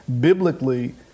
biblically